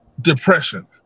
depression